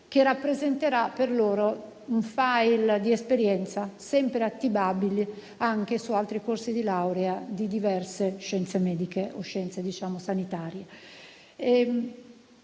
che rappresenterà per loro un *file* di esperienza sempre attivabile anche su altri corsi di laurea di diverse scienze mediche e scienze sanitarie.